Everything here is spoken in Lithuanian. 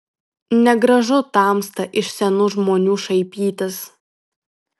negražu tamsta iš senų žmonių šaipytis